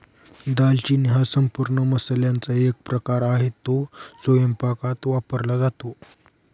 दालचिनी हा संपूर्ण मसाल्याचा एक प्रकार आहे, तो स्वयंपाकात वापरला जातो